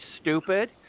stupid